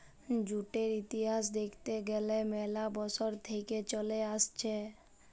জুটের ইতিহাস দ্যাখতে গ্যালে ম্যালা বসর থেক্যে চলে আসছে